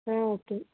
okay